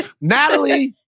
Natalie